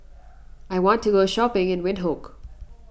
I want to go shopping in Windhoek